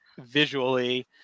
visually